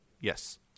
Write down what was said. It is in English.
Yes